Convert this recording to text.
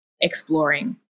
exploring